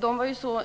från OECD.